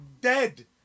dead